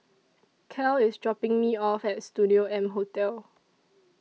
Cal IS dropping Me off At Studio M Hotel